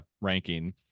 ranking